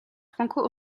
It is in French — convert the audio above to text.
franco